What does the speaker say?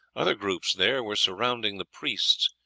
other groups there were surrounding the priests,